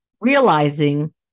Realizing